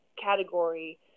category